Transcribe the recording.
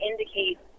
indicate